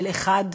של אחד,